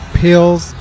pills